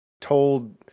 told